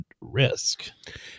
risk